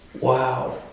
Wow